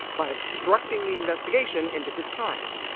by obstructing the investigation into his crimes,